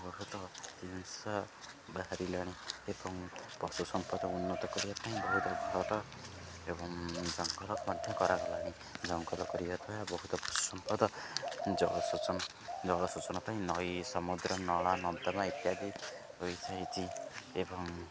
ବହୁତ ଜିନିଷ ବାହାରିଲାଣି ଏବଂ ପଶୁ ସମ୍ପଦ ଉନ୍ନତ କରିବା ପାଇଁ ବହୁତ ଭରର ଏବଂ ଜଙ୍ଗଲ ମଧ୍ୟ କରାଗଲାଣି ଜଙ୍ଗଲ କରିବା ଦ୍ଵାରା ବହୁତ ପଶୁସମ୍ପଦ ଜଳସେଚନ ଜଳସେଚନ ପାଇଁ ନଈ ସମୁଦ୍ର ନଳା ନର୍ନ୍ଦମା ଇତ୍ୟାଦି ହୋଇଯାଇଛି ଏବଂ